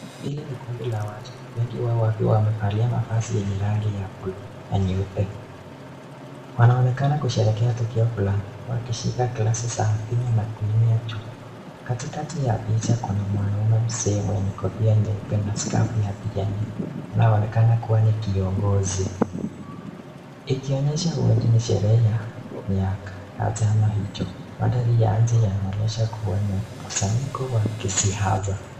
Hili ni kundi la watu. Wengi wao wakiwa wamevalia mavazi yenye rangi ya blue na nyeupe. Wanaonekana kusherehekea tukio fulani wakishika glasi za mvinyo na kuinua juu. Katikati ya picha kuna mwanaume mzee mwenye kofia nyeupe na skafu ya PNU, anayeonekana kuwa ni kiongozi. Ikionyesha huenda ni sherehe ya miaka ya chama hicho. Mandhari ya nje yanaonyesha kuwa ni mkusanyiko ya kisiasa.